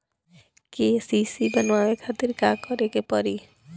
KCC बनवावे खातिर का करे के पड़ी?